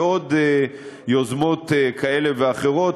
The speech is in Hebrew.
ועוד יוזמות כאלה ואחרות,